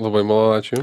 labai malonu ačiū